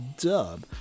dub